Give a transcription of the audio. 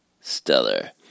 stellar